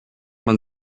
man